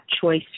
choice